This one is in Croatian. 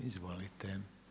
Izvolite.